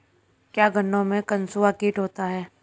क्या गन्नों में कंसुआ कीट होता है?